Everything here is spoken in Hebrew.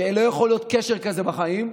שלא יכול להיות קשר כזה בחיים.